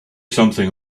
something